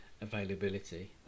availability